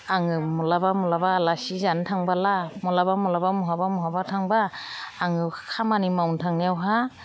आङो माब्लाबा माब्लाबा आलासि जानो थांबोला माब्लाबा माब्लाबा बहाबा बहाबा थांबा आङो खामानि मावनो थांनायावहा